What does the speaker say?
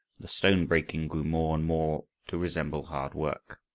the stone-breaking grew more and more to resemble hard work.